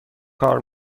کار